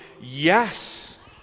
yes